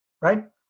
right